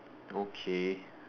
okay